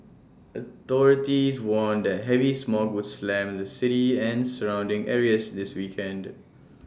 authorities warned that heavy smog would slam the city and surrounding areas this weekend